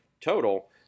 total